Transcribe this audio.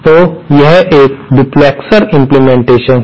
तो यह एक डुप्लेक्सेर इम्प्लीमेंटेशन है